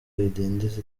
bidindiza